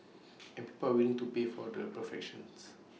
and people will to pay for the perfections